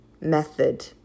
method